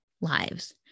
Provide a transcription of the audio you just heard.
lives